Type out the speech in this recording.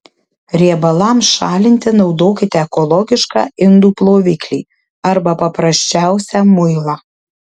riebalams šalinti naudokite ekologišką indų ploviklį arba paprasčiausią muilą